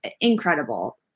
Incredible